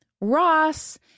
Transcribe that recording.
Ross